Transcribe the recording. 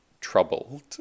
troubled